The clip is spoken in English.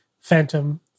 Phantom